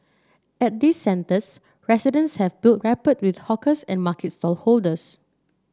at these centres residents have built rapport with hawkers and market stallholders